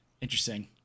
Interesting